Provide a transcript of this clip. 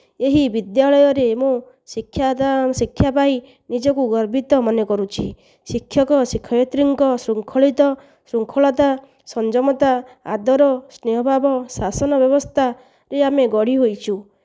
ଏହି ବିଦ୍ୟାଳୟରେ ମୁଁ ଶିକ୍ଷାଦାନ ଶିକ୍ଷା ପାଇ ନିଜକୁ ଗର୍ବିତ ମନେ କରୁଛି ଶିକ୍ଷକ ଶିକ୍ଷୟିତ୍ରୀଙ୍କ ଶୃଙ୍ଖଳିତ ଶୃଙ୍ଖଳତା ସଂଯମତା ଆଦର ସ୍ନେହ ଭାବ ଶାସନ ବ୍ୟବସ୍ଥାରେ ଆମେ ଗଢ଼ି ହୋଇଛୁ